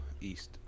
east